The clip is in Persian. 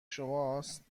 شماست